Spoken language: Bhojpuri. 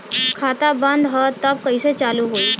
खाता बंद ह तब कईसे चालू होई?